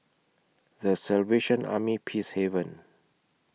The Salvation Army Peacehaven